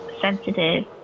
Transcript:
sensitive